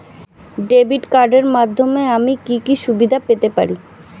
Debit কার্ডের মাধ্যমে আমি কি কি সুবিধা পেতে পারি?